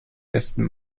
besten